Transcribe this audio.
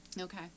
okay